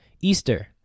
Easter